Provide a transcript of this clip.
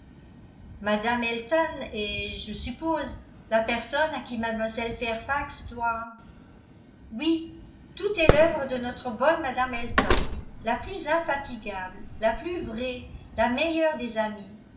mme elton est je suppose la personne à qui mlle fairfax doit oui tout est l'œuvre de notre bonne mme elton la plus infatigable la plus vraie la meilleure des amies